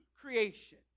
creation